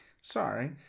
Sorry